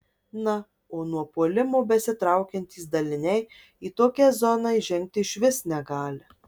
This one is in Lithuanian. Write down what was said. na o nuo puolimo besitraukiantys daliniai į tokią zoną įžengti išvis negali